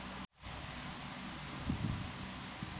एक बार एक निवेशक ने मेरे साथ पैसों की गड़बड़ी कर दी थी